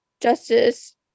justice